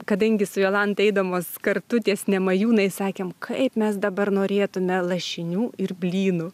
kadangi su jolanta eidamos kartu ties nemajūnais sekėm kaip mes dabar norėtume lašinių ir blynų